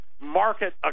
market